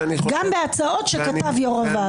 ואני חושב --- גם בהצעות שכתב יו"ר הוועדה,